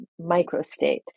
microstate